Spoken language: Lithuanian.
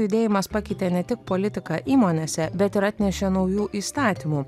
judėjimas pakeitė ne tik politiką įmonėse bet ir atnešė naujų įstatymų